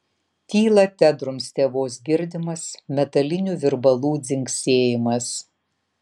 tylą tedrumstė vos girdimas metalinių virbalų dzingsėjimas